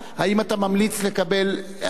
האם אתה ממליץ לקבל?